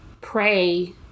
pray